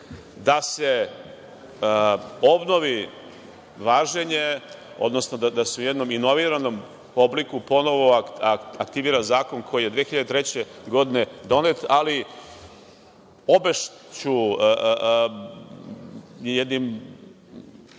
da se obnovi važenje, odnosno da se u jednom inoviranom obliku aktivira zakon koji je 2003. godine donet, ali obešću, jednim